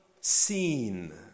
seen